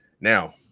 Now